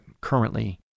currently